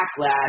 backlash